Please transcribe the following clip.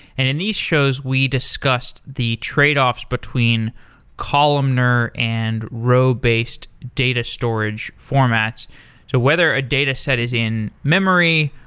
and in these shows we discussed the tradeoffs between columnar and row-based data storage format so whether a dataset is in memory,